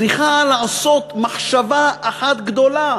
צריכה לחשוב מחשבה אחת גדולה.